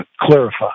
clarify